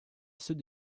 ceux